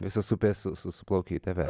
visos upės su suplaukia į tave